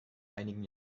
einigen